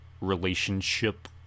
relationship